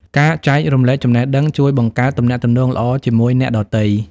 ការចែករំលែកចំណេះដឹងជួយបង្កើតទំនាក់ទំនងល្អជាមួយអ្នកដទៃ។